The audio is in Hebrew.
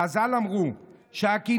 חז"ל אמרו שהקנאה,